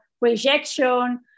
rejection